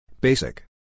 Basic